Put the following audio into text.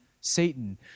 Satan